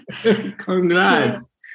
Congrats